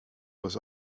was